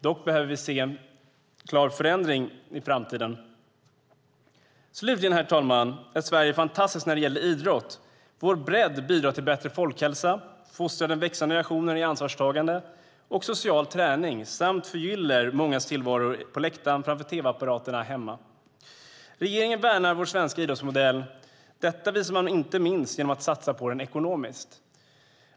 Dock behöver vi se en klar förändring i framtiden. Slutligen, herr talman, är Sverige fantastiskt när det gäller idrott. Vår bredd bidrar till bättre folkhälsa, fostrar den växande generationen i ansvarstagande och social träning samt förgyller mångas tillvaro på läktaren och framför tv-apparaten hemma. Regeringen värnar vår svenska idrottsmodell. Detta visar man inte minst genom att satsa på den ekonomiskt.